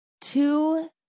two